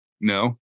No